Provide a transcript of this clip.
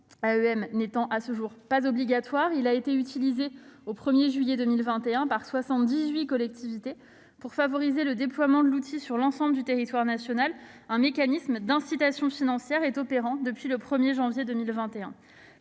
AEM n'étant pas obligatoire à ce jour, celui-ci a été utilisé au 1 juillet 2021 par 78 collectivités. Pour favoriser le déploiement de l'outil sur l'ensemble du territoire national, un mécanisme d'incitation financière est opérant depuis le 1 janvier 2021